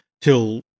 till